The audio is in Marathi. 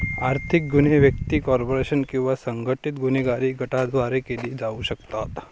आर्थिक गुन्हे व्यक्ती, कॉर्पोरेशन किंवा संघटित गुन्हेगारी गटांद्वारे केले जाऊ शकतात